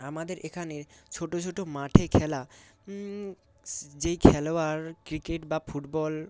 আমাদের এখানে ছোটো ছোটো মাঠে খেলা যেই খেলোয়াড় ক্রিকেট বা ফুটবল